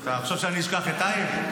--- אתה חושב שאני אשכח את טייב?